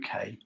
UK